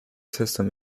system